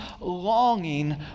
longing